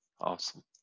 Awesome